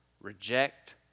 reject